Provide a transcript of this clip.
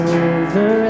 over